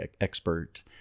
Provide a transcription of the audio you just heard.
expert